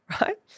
right